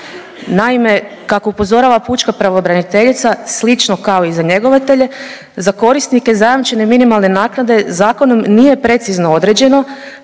Naime, kako upozorava pučka pravobranitelja slično kao i za njegovatelje, za korisnike zajedničke minimalne naknade zakonom nije precizno određeno